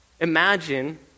Imagine